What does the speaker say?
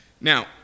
Now